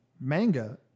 Manga